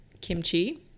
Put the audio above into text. kimchi